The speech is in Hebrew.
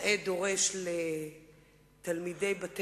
ראש ממשלה אמור להראות לנו את הדרך.